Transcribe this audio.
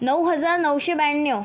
नऊ हजार नऊशे ब्याण्णव